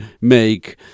make